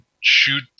shoot